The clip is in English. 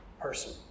person